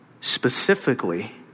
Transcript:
specifically